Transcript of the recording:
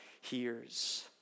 hears